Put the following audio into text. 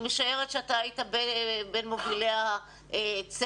אני משערת שאתה היית בין מובילי הצוות.